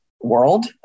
world